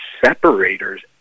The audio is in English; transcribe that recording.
separators